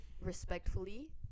respectfully